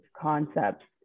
concepts